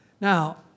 Now